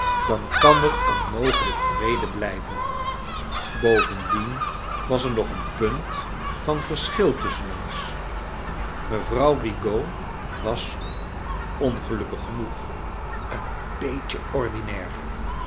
dan kan er onmogelijk vre de blrjven bovendien was er nog een punt van verschil tusschen ons mevrouw rigaud was ongelukkig genoeg een beetje ordinair